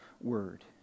Word